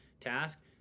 task